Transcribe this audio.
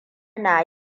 na